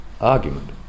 argument